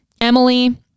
Emily